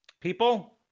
people